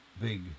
big